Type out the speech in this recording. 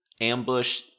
Ambush